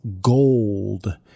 gold